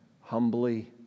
humbly